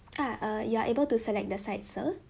ah err you are able to select the side sir